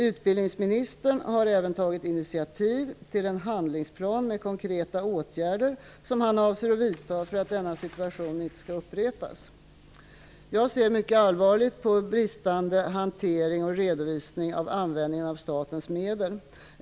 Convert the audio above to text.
Utbildningsministern har även tagit initiativ till en handlingsplan med konkreta åtgärder som han avser att vidta för att denna situation inte skall upprepas. Jag ser mycket allvarligt på bristande hantering och redovisning av användningen av statens medel.